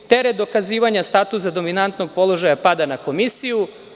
Teret dokazivanja statusa dominantnog položaja pada na komisiju.